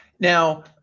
Now